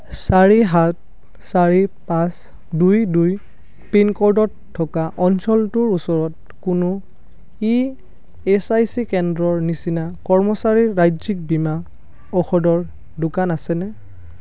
চাৰি সাত চাৰি পাঁচ দুই দুই পিনক'ডত থকা অঞ্চলটোৰ ওচৰত কোনো ই এচ আই চি কেন্দ্ৰৰ নিচিনা কৰ্মচাৰীৰ ৰাজ্যিক বীমা ঔষধৰ দোকান আছেনে